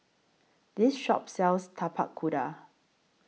This Shop sells Tapak Kuda